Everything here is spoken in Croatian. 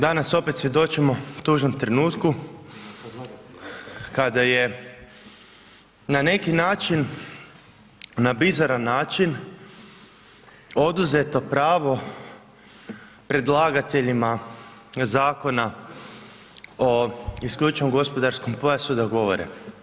Danas opet svjedočimo tužnom trenutku kada je na neki način na bizaran način oduzeto pravo predlagateljima Zakona o isključivom gospodarskom pojasu da govore.